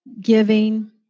giving